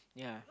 yeah